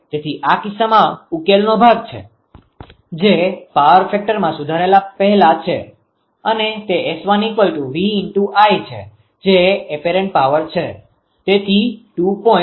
તેથી આ કિસ્સામાં ઉકેલનો ભાગ છે જે પાવર ફેક્ટરમાં સુધારા પહેલાં છે અને તે 𝑆1𝑉×𝐼 છે જે અપેરન્ટ પાવર છે